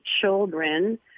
children